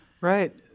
Right